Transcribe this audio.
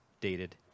dated